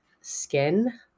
skin